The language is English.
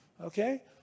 Okay